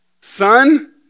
son